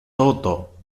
toto